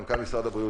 מנכ"ל משרד הבריאות,